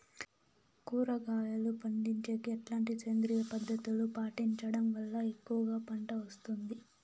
కూరగాయలు పండించేకి ఎట్లాంటి సేంద్రియ పద్ధతులు పాటించడం వల్ల ఎక్కువగా పంట వస్తుంది?